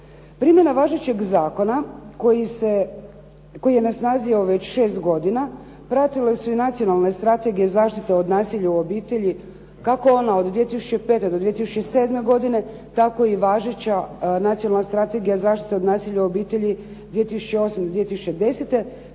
Primjenu važećeg zakona koji je snazi već šest godina, pratile su i Nacionalne strategije zaštite od nasilja u obitelji, kako ona od 2005. do 2007. godine, tako i važeća Nacionalna strategija zaštite od nasilja u obitelji 2008. do 2010.,